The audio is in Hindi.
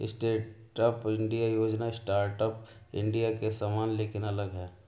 स्टैंडअप इंडिया योजना स्टार्टअप इंडिया के समान लेकिन अलग है